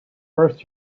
first